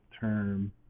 term